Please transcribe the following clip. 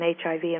HIV